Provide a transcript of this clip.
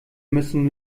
müssen